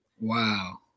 Wow